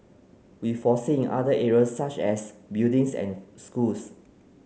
we foresee in other areas such as buildings and schools